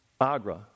Agra